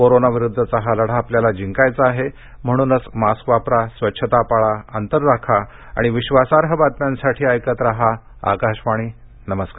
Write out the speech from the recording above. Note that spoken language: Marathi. कोरोनाविरुद्धचा हा लढा आपल्याला जिंकायचा आहे म्हणूनच मास्क वापरा स्वच्छता पाळा अंतर राखा आणि विश्वासार्ह बातम्यांसाठी ऐकत राहा आकाशवाणी नमस्कार